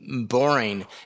boring